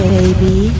baby